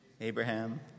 Abraham